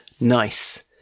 nice